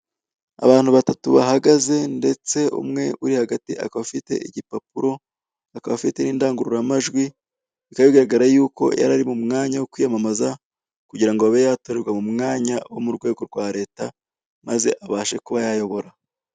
Abantu batatu bahagaze, ndetse umwe uri hagati akaba afite igipapuro, akaba afite n'indangururamajwi, bikaba bigararaga yuko yari ari mu mwanya wo kwiyamamaza, kugira ngo abe yatorerwa mu mwanya wo mu rwego rwa leta, maze abashe kuba yayobora.